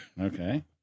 Okay